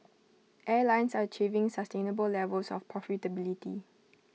airlines are achieving sustainable levels of profitability